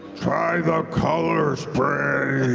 try the color spray.